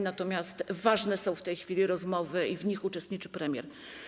Natomiast ważne są w tej chwili rozmowy i w nich uczestniczy premier.